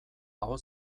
aho